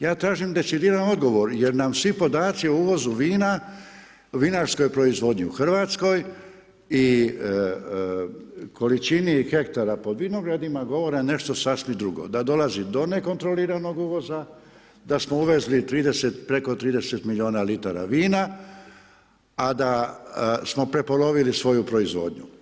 Ja tražim decidiran odgovor jer nam svi podaci o uvozu vina, vinarskoj proizvodnji u Hrvatskoj i količini hektara po vinogradima govore nešto sasvim drugo, da dolazi do nekontroliranog uvoza, da smo uvezli preko 30 milijuna litara vina a da smo prepolovili svoju proizvodnju.